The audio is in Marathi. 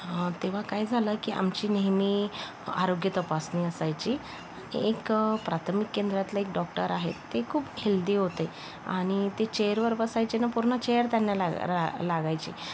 तेव्हा काय झालं की आमची नेहमी आरोग्य तपासणी असायची एक प्राथमिक केंद्रातले एक डॉक्टर आहेत ते खूप हेल्दी होते आणि ते चेअरवर बसायचे ना पूर्ण चेअर त्यांना लागा रा लागायची